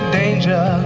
danger